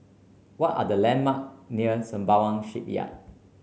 what are the landmark near Sembawang Shipyard